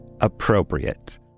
appropriate